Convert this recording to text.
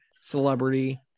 celebrity